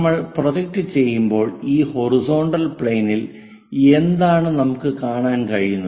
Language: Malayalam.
നമ്മൾ പ്രൊജക്റ്റ് ചെയ്യുമ്പോൾ ഈ ഹൊറിസോണ്ടൽ പ്ലെയിനിൽ എന്താണ് നമുക്ക് കാണാൻ കഴിയുന്നത്